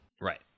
Right